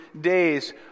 days